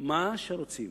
מה שרוצים.